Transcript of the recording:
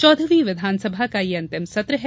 चौदहवीं विधानसभा का ये अंतिम सत्र है